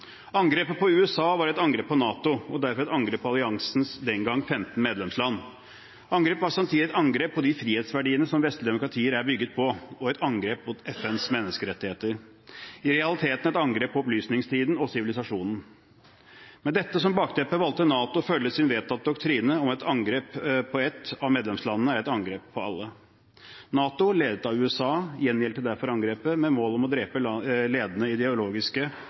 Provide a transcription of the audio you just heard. Angrepet på USA var et angrep på NATO, og derfor et angrep på alliansens den gang 15 medlemsland. Angrepet var samtidig et angrep på de frihetsverdiene som vestlige demokratier er bygd på, og et angrep på FNs menneskerettigheter – i realiteten et angrep på opplysningstiden og sivilisasjonen. Med dette som bakteppe valgte NATO å følge sin vedtatte doktrine om at et angrep på et av medlemslandene er et angrep på alle. NATO, ledet av USA, gjengjeldte derfor angrepet med mål om å drepe den ledende